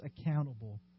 accountable